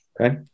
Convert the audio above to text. Okay